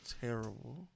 terrible